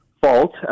fault